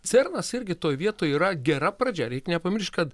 cernas irgi toj vietoj yra gera pradžia reik nepamiršt kad